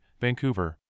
Vancouver